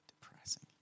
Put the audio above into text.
depressing